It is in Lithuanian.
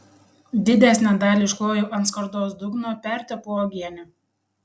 didesnę dalį iškloju ant skardos dugno pertepu uogiene